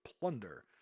plunder